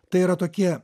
tai yra tokie